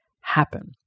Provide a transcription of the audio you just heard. happen